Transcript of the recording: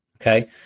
Okay